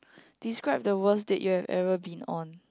describe the worst date you have ever been on